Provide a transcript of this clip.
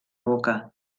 boca